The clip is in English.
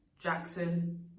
Jackson